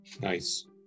nice